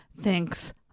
thinks